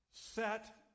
set